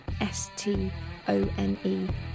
S-T-O-N-E